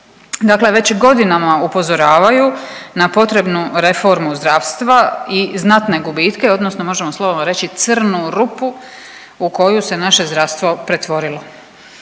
Dakle, već godinama upozoravaju na potrebnu reformu zdravstva i znatne gubitke, odnosno možemo slobodno reći crnu rupu u koju se naše zdravstvo pretvorilo.